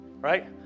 right